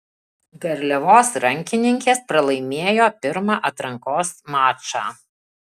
garliavos rankininkės pralaimėjo pirmą atrankos mačą